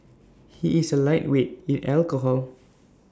he is A lightweight in alcohol